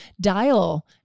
dial